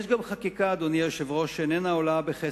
יש גם חקיקה, אדוני היושב-ראש, שאיננה עולה כסף.